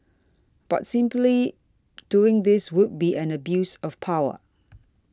but simply doing this would be an abuse of power